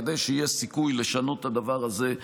כדי שיהיה סיכוי לשנות את הדבר הזה,